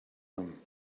him